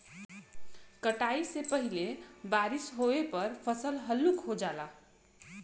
कटाई से पहिले बारिस होये पर फसल हल्लुक हो जाला